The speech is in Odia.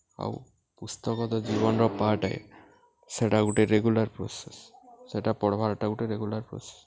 ଆଉ ପୁସ୍ତକ ତ ଜୀବନ୍ର ପାର୍ଟ୍ ଏ ସେଟା ଗୁଟେ ରେଗୁଲାର୍ ପ୍ରୋସେସ୍ ସେଟା ପଢ଼୍ବାର୍ଟା ଗୁଟେ ରେଗୁଲାର୍ ପ୍ରୋସେସ୍